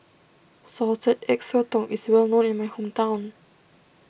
Salted Egg Sotong is well known in my hometown